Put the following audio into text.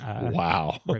Wow